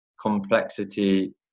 complexity